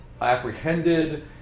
apprehended